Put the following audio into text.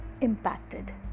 impacted